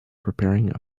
preparing